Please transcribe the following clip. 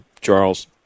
Charles